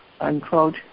unquote